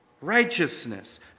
righteousness